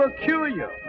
peculiar